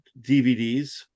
DVDs